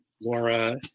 Laura